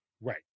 Right